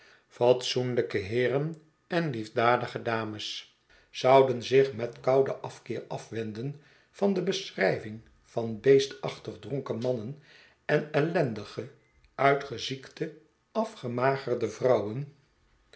fatsoenlijke heeren en liefdadige dames zouden zich met kouden afkeer afwenden van de beschrijving van beestachtig dronken mannen en ellendige uitgeziekte afgemagerde vrouwen